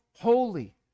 holy